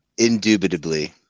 Indubitably